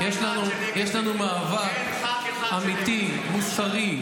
למה --- אבל אתה אופוזיציה,